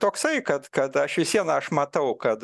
toksai kad kad aš vis vien aš matau kad